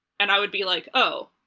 and i would be like, oh,